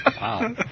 Wow